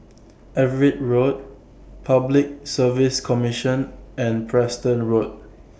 Everitt Road Public Service Commission and Preston Road